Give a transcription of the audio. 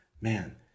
Man